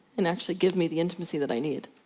and actually give me the intimacy that i need.